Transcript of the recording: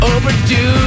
Overdue